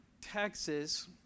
Texas